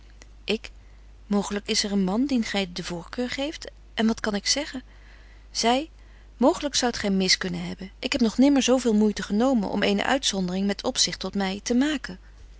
ik mooglyk is er een man dien gy de voorkeur geeft en wat kan ik zeggen zy mooglyk zoudt gy mis kunnen hebben ik heb nog nimmer zo veel moeite genomen om eene uitzondering met opzicht tot my te maken